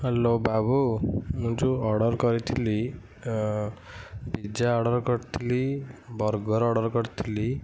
hello ବାବୁ ମୁଁ ଯେଉଁ ଅର୍ଡ଼ର କରିଥିଲି ପିଜା ଅର୍ଡ଼ର କରିଥିଲି ବର୍ଗର ଅର୍ଡ଼ର କରିଥିଲି